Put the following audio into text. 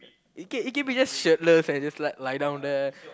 it can it can be just shirtless and just like lay down there